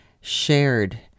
shared